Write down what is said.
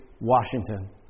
Washington